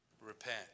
Repent